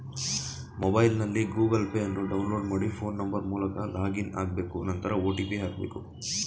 ಮೊಬೈಲ್ನಲ್ಲಿ Google Pay ಅನ್ನು download ಮಾಡಿ ಫೋನ್ ನಂಬರ್ ಮೂಲಕ ಲಾಗಿನ್ ಆಗ್ಬೇಕು ನಂತರ ಒ.ಟಿ.ಪಿ ಹಾಕ್ಬೇಕು